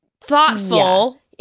thoughtful